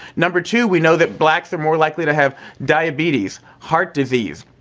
number two, we know that blacks are more likely to have diabetes, heart disease,